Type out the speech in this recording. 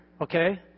Okay